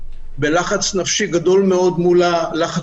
ונמצאים בלחץ נפשי גדול מאוד מול הלחץ